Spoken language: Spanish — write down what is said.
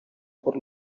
por